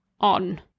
on